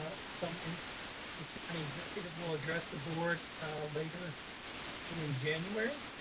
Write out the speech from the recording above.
so um in county executive will address the board later in january.